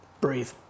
breathe